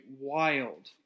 wild